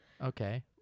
okay